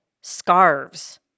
scarves